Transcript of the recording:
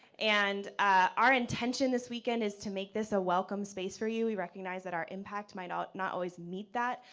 and our intention this weekend, is to make this a welcome space for you. we recognize that our impact might not not always meet that.